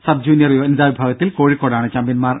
sub junior വനിതാ വിഭാഗത്തിൽ കോഴിക്കോടാണ് ചാമ്പ്യൻമാർ